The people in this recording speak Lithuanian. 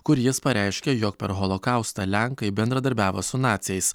kur jis pareiškė jog per holokaustą lenkai bendradarbiavo su naciais